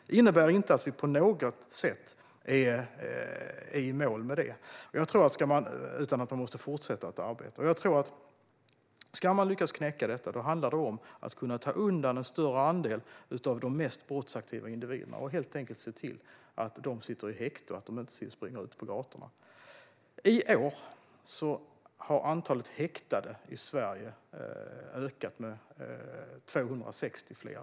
Det innebär inte att vi på något sätt är i mål med det, utan man måste fortsätta att arbeta. Ska man lyckas knäcka detta handlar det om att kunna ta undan en större andel av de mest brottsaktiva individerna och helt enkelt se till att de sitter i häkte och inte springer ut på gatorna. I år har antalet häktade i Sverige ökat med 260.